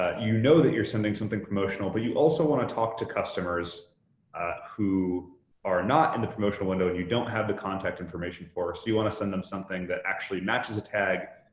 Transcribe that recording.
ah you know that you're sending something promotional, but you also want to talk to customers who are not in the promotional window and you don't have the contact information for, so you want to send them something that actually matches a tag,